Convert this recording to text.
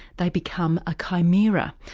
they become a chimera,